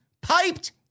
piped